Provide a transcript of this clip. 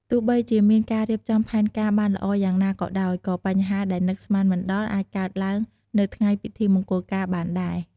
ទោះបីជាមានការរៀបចំផែនការបានល្អយ៉ាងណាក៏ដោយ ក៏បញ្ហាដែលនឹកស្មានមិនដល់អាចកើតឡើងនៅថ្ងៃពិធីមង្គលការបានដែរ។